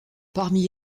parmi